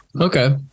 Okay